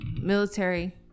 military